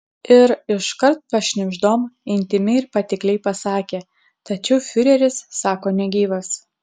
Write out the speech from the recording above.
ir iškart pašnibždom intymiai ir patikliai pasakė tačiau fiureris sako negyvas